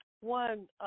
One